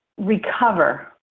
recover